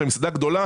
למסעדה גדולה